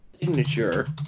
signature